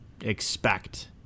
expect